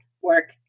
work